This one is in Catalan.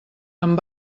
amb